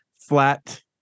flat